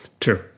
True